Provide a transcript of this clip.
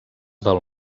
del